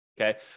Okay